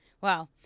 Wow